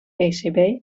ecb